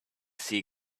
sea